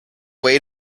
way